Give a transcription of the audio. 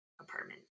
apartment